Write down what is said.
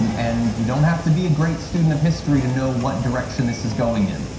and you don't have to be a great student of history to know what direction this is going in.